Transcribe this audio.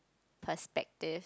perspectives